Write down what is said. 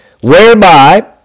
whereby